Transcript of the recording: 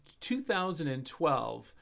2012